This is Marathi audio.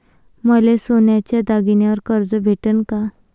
मले सोन्याच्या दागिन्यावर कर्ज भेटन का?